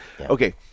Okay